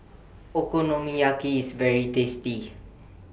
Okonomiyaki IS very tasty